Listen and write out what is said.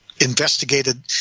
investigated